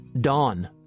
Dawn